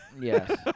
Yes